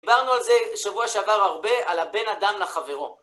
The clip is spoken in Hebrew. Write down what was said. דיברנו על זה בשבוע שעבר הרבה, על הבן אדם לחברו.